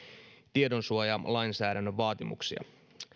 tietosuojalainsäädännön vaatimuksia